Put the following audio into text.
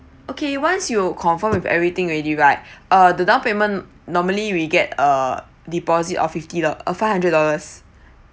okay once you will confirm with everything already right uh the downpayment normally we get uh deposit of fifty do~ uh five hundred dollars